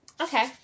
Okay